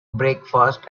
breakfast